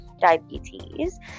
diabetes